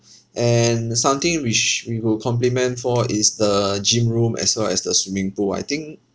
and something which we will compliment for is the gym room as well as the swimming pool I think